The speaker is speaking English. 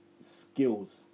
skills